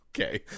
Okay